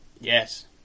Yes